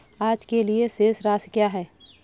आज के लिए शेष राशि क्या है?